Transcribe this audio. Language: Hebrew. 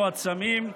מועצמים,